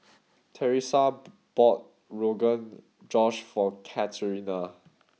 Teresa bought Rogan Josh for Katharina